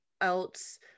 else